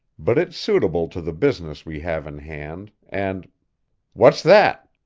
but it's suitable to the business we have in hand, and what's that?